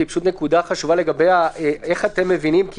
היא נקודה חשובה לגבי איך אתם מבינים את